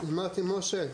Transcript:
אמרתי "משה,